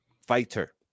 fighter